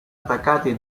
attaccati